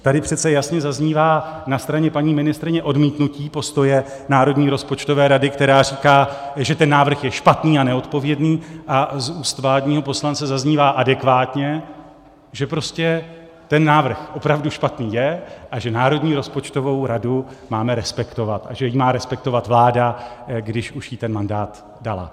Tady přece jasně zaznívá na straně paní ministryně odmítnutí postoje Národní rozpočtové rady, která říká, že návrh je špatný a neodpovědný, a z úst vládního poslance zaznívá adekvátně, že ten návrh opravdu špatný je a že Národní rozpočtovou radu máme respektovat a že ji má respektovat vláda, když už jí ten mandát dala.